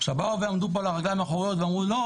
עכשיו באו ועמדו פה על הרגליים האחוריות ואמרו שלא,